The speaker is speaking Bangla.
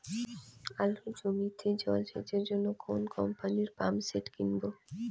আলুর জমিতে জল সেচের জন্য কোন কোম্পানির পাম্পসেট কিনব?